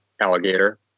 alligator